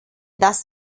das